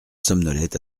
somnolait